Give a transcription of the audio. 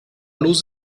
luz